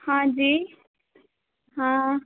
हाँ जी हाँ